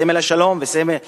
סמל השלום וסמל החיים,